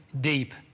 deep